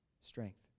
strength